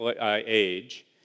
age